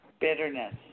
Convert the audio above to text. bitterness